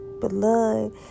blood